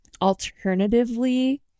alternatively